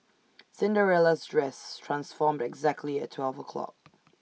Cinderella's dress transformed exactly at twelve o'clock